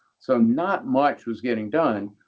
so not much was getting done,